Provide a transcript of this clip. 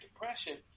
Depression